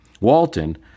Walton